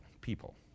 people